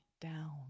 down